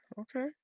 okay